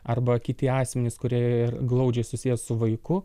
arba kiti asmenys kurie glaudžiai susiję su vaiku